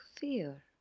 fear